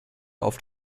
auf